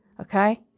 okay